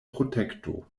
protekto